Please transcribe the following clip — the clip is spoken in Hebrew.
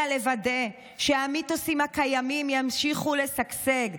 אלא לוודא שהמיתוסים הקיימים ימשיכו לשגשג,